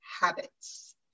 habits